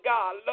God